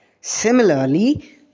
Similarly